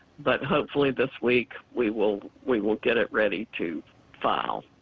but hopefully this week, we will we will get it ready to file.